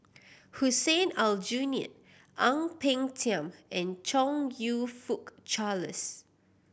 Hussein Aljunied Ang Peng Tiam and Chong You Fook Charles